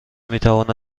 میتواند